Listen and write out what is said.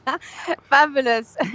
Fabulous